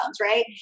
right